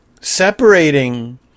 separating